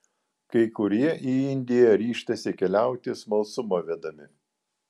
kai kurie į indiją ryžtasi keliauti smalsumo vedami